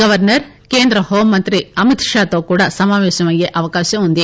governor కేంద్ర హోంమంత్రి అమిత్ షాతో కూడా సమావేశమయ్యే అవకాశం ఉంది